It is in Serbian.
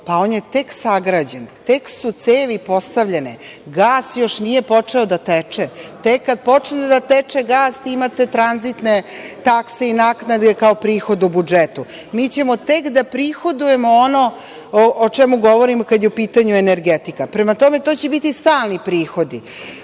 pa on je tek sagrađen, tek su cevi postavljene, gas još nije počeo da teče. Tek kad počne da teče gas, imate tranzitne takse i naknade kao prihod u budžetu. Mi ćemo tek da prihodujemo ono o čemu govorimo kad je u pitanju energetika. Prema tome, to će biti stalni prihodi.